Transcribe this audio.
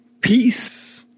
Peace